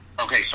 Okay